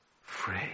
free